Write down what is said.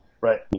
Right